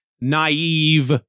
naive